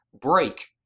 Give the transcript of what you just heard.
break